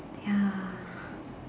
ya